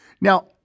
Now